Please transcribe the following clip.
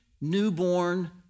newborn